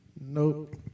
Nope